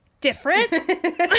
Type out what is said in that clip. different